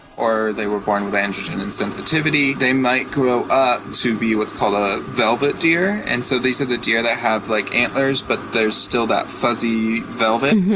or they were born with androgen insensitivity, they might grow up to be what's called a velvet deer. and so these are the deer that have like antlers, but they're still that fuzzy velvet.